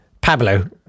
pablo